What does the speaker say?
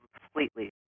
completely